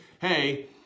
hey